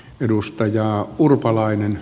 arvoisa puhemies